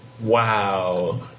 Wow